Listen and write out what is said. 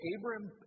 Abram